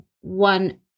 one